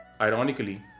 Ironically